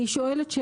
אני שואלת,